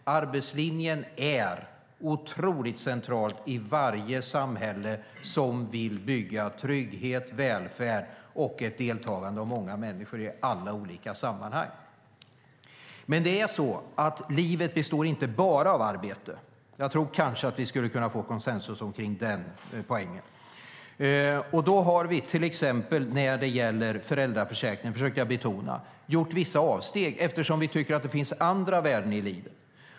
Arbetslinjen är otroligt central i varje samhälle som vill bygga trygghet, välfärd och ett deltagande av många människor i alla olika sammanhang. Men livet består inte bara av arbete. Jag tror kanske att vi skulle kunna få konsensus omkring den poängen. Vi har till exempel när det gäller föräldraförsäkringen, som jag försökte betona, gjort vissa avsteg eftersom vi tycker att det finns andra värden i livet.